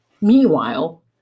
Meanwhile